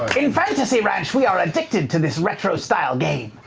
in fantasy ranch, we are addicted to this retro-style game,